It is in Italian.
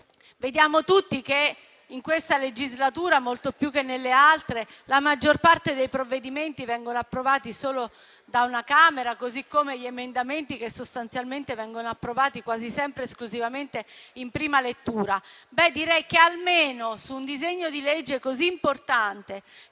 Vediamo tutti che in questa legislatura, molto più che nelle altre, la maggior parte dei provvedimenti vengono approvati solo da una Camera, così come gli emendamenti, che sostanzialmente vengono approvati quasi sempre esclusivamente in prima lettura. Direi che almeno su un disegno di legge così importante,